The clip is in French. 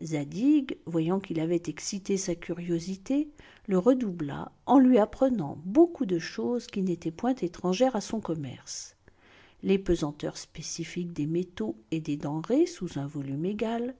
zadig voyant qu'il avait excité sa curiosité la redoubla en lui apprenant beaucoup de choses qui n'étaient point étrangères à son commerce les pesanteurs spécifiques des métaux et des denrées sous un volume égal